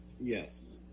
Yes